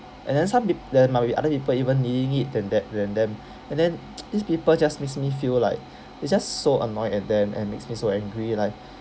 and then some peop~ there might be other people even needing it than that than them and then these people just makes me feel like it's just so annoyed at them and makes me so angry like